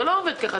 זה לא עובד כך.